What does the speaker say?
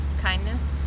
kindness